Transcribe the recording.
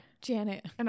Janet